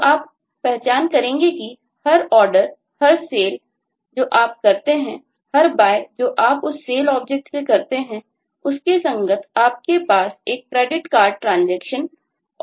तो आप पहचान करेंगे कि हर Order हर Sale जो आप करते हैं हर buy जो आप उस Sale ऑब्जेक्ट से करते हैं उसके संगत आपके पास एक CreditCardTransaction ऑब्जेक्ट होना चाहिए